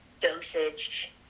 dosage